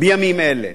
בימים אלה,